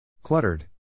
Cluttered